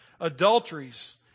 adulteries